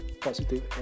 positive